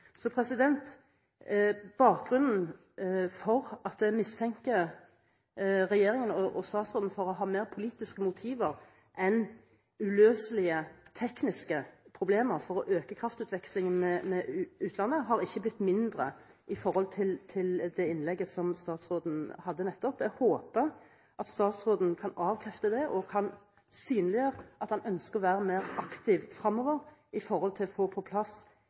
Så min mistanke til regjeringen og statsråden for å ha mer politiske motiver enn uløselige tekniske problemer for å øke kraftutvekslingen med utlandet har ikke blitt mindre etter det innlegget som statsråden holdt nettopp. Jeg håper at statsråden kan avkrefte det, og at han synliggjør at han ønsker å være mer aktiv fremover for å få på plass